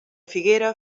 figuera